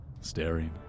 staring